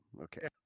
Okay